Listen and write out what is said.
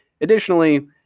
Additionally